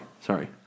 sorry